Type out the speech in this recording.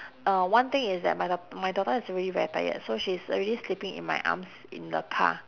uh one thing is that my dau~ my daughter is already very tired so she's already sleeping in my arms in the car